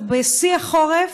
בשיא החורף,